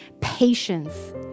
patience